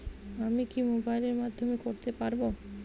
আমি কি মোবাইলের মাধ্যমে করতে পারব?